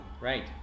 right